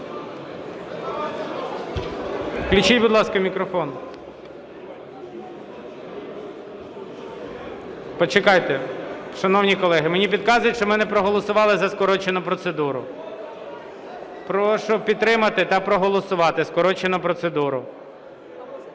Включіть, будь ласка, мікрофон. Почекайте. Шановні колеги, мені підказують, що ми не проголосували за скорочену процедуру. Прошу підтримати та проголосувати скорочену процедуру.